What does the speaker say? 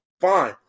fine